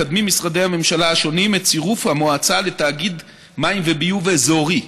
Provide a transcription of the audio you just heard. מקדמים משרדי הממשלה השונים את צירוף המועצה לתאגיד מים וביוב אזורי,